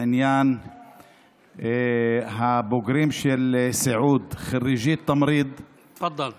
בעניין הבוגרים של סיעוד (אומר בערבית: בוגרי סיעוד,